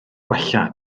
gwella